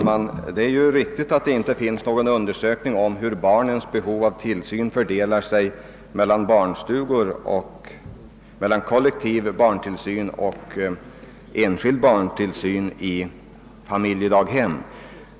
Herr talman! Det är riktigt att det inte finns någon undersökning som visar hur barnens behov av tillsyn fördelar sig mellan kollektiv barntillsyn och enskild barntillsyn i familjedaghem.